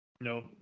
No